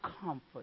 comfort